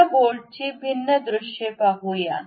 या बोल्टची भिन्न दृश्ये पाहूया